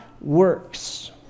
works